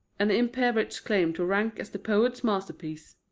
and impair its claim to rank as the poet's masterpiece.